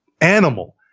animal